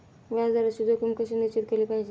व्याज दराची जोखीम कशी निश्चित केली पाहिजे